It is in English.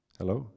hello